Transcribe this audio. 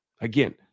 Again